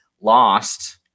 lost